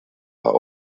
are